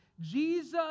Jesus